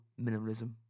minimalism